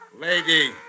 Lady